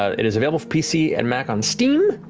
it is available for pc and mac on steam,